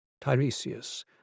Tiresias